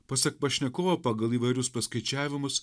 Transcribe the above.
pasak pašnekovo pagal įvairius paskaičiavimus